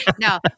no